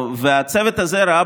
הצוות הזה ראה